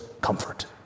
comfort